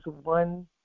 one